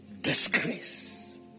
Disgrace